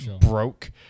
broke